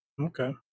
Okay